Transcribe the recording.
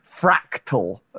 fractal